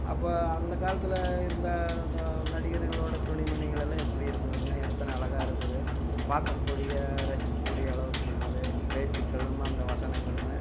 அப்போது அந்தக் காலத்தில் இருந்த த நடிகர்களோட துணிமணிகள் எல்லாம் எப்படி இருந்ததுங்க எத்தனை அழகாக இருந்தது பார்க்கக்கூடிய ரசிக்கக்கூடிய அளவுக்கு இருந்தது பேச்சுக்களும் அந்த வசனங்களுமே